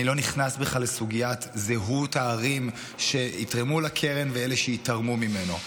אני לא נכנס בכלל לסוגיית זהות הערים שיתרמו לקרן ואלה שייתרמו ממנה.